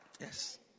Yes